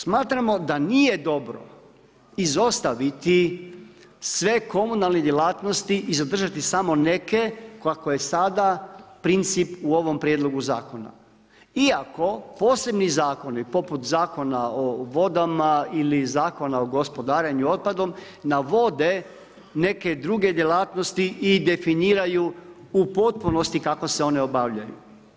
Smatramo da nije dobro izostaviti sve komunalne djelatnosti i zadržati samo neke kako je sada princip u ovom prijedlogu zakona, iako posebni zakoni poput Zakona o vodama ili Zakona o gospodarenju otpadom navode neke druge djelatnosti i definiraju u potpunosti kako se one obavljaju.